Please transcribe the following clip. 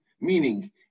meaning